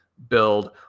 build